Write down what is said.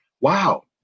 wow